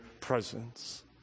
presence